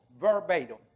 verbatim